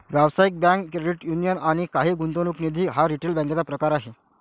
व्यावसायिक bank, credit union आणि काही गुंतवणूक निधी हा रिटेल बँकेचा प्रकार आहे